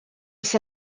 mis